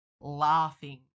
laughing